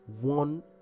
one